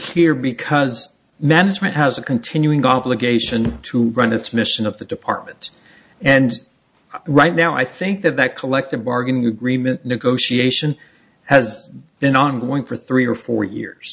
here because management has a continuing obligation to run its mission of the department and right now i think that that collective bargaining agreement negotiation has been ongoing for three or four years